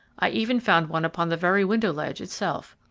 i even found one upon the very window ledge itself.